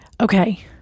Okay